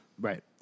Right